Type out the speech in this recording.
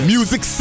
Music